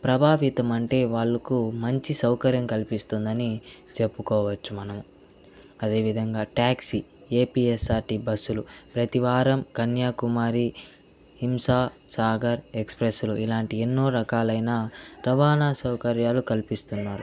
ప్రభావితం అంటే వాళ్లకు మంచి సౌకర్యం కల్పిస్తుందని చెప్పుకోవచ్చు మనము అదేవిధంగా ట్యాక్సీ ఏపీఎస్ఆర్టిసీ బస్సులు ప్రతివారం కన్యాకుమారి హింస సాగర్ ఎక్స్ప్రెస్లు ఇలాంటి ఎన్నో రకాలైన రవాణా సౌకర్యాలు కల్పిస్తున్నారు